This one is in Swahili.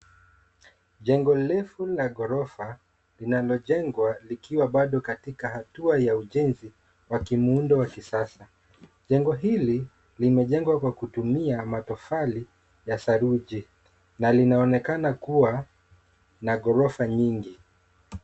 Jengo refu la ghorofa linalojengwa likiwa bado katika hatua ya ujenzi wa kimuundo wa kisasa. Jengo hili limejengwa kwa kutumia matofali ya saruji na linaonekana kuwa na ghorofa nyingi.